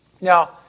Now